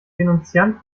denunziant